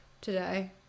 today